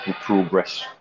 progress